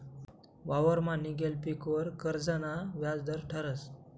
वावरमा निंघेल पीकवर कर्जना व्याज दर ठरस